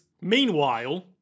meanwhile